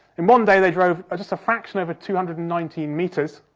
in one day they drove just a fraction over two hundred and nineteen metres.